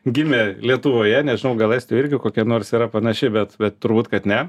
gimė lietuvoje nežinau gal estijoj irgi kokia nors yra panaši bet bet turbūt kad ne